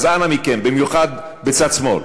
אז אנא מכם, במיוחד בצד שמאל.